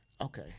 Okay